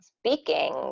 speaking